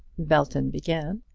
belton began.